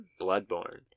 Bloodborne